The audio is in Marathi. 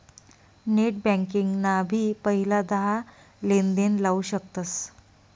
नेट बँकिंग ना भी पहिला दहा लेनदेण लाऊ शकतस